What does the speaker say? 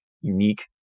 unique